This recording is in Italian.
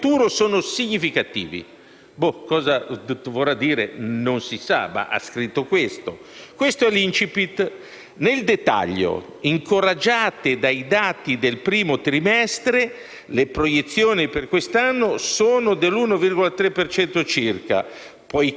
Nel dettaglio: «incoraggiate dai dati del primo trimestre, le proiezioni per quest'anno sono dell'1,3 per cento circa. Poiché i venti a favore - condizioni commerciali, politiche fiscali e monetarie - diverranno meno